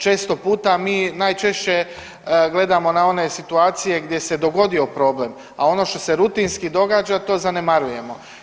Često puta mi najčešće gledamo na one situacije gdje se dogodio problem, a ono što se rutinski događa to zanemarujemo.